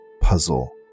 puzzle